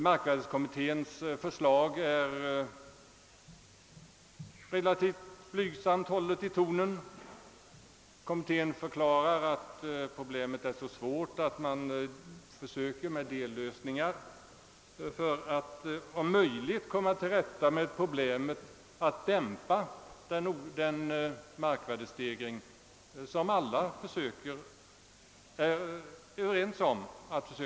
Markvärdekommitténs förslag är hållet i en relativt blygsam ton. Kommittén förklarar att problemet är så svårt, att man försöker med dellösningar för att om möjligt komma till rätta med problemet att dämpa den markvärdestegring som alla är överens om bör hejdas.